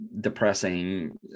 depressing